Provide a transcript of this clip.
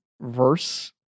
verse